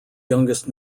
youngest